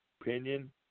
opinion